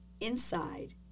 inside